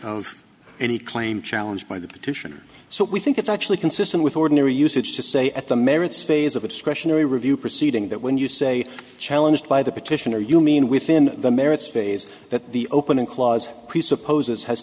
of any claim challenged by the petitioner so we think it's actually consistent with ordinary usage to say at the merits phase of a discretionary review proceeding that when you say challenge by the petitioner you mean within the merits phase that the opening clause presupposes has